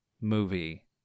movie